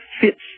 fits